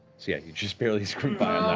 yeah you just barely scraped by on